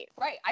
Right